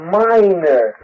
minor